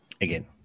again